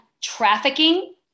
trafficking